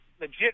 legit